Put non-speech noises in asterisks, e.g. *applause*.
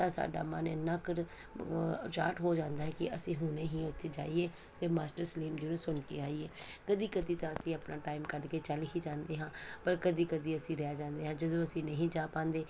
ਤਾਂ ਸਾਡਾ ਮਨ ਇੰਨਾ ਕਰ *unintelligible* ਹੋ ਜਾਂਦਾ ਕਿ ਅਸੀਂ ਹੁਣੇ ਹੀ ਉੱਥੇ ਜਾਈਏ ਅਤੇ ਮਾਸਟਰ ਸਲੀਮ ਜੀ ਨੂੰ ਸੁਣ ਕੇ ਆਈਏ ਕਦੇ ਕਦੇ ਤਾਂ ਅਸੀਂ ਆਪਣਾ ਟਾਈਮ ਕੱਢ ਕੇ ਚੱਲ ਹੀ ਜਾਂਦੇ ਹਾਂ ਪਰ ਕਦੇ ਕਦੇ ਅਸੀਂ ਰਹਿ ਜਾਂਦੇ ਹਾਂ ਜਦੋਂ ਅਸੀਂ ਨਹੀਂ ਜਾ ਪਾਉਂਦੇ